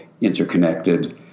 interconnected